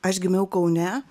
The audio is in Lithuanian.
aš gimiau kaune